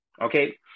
okay